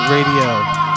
Radio